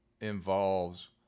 involves